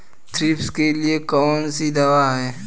Thrips के लिए कौन सी दवा है?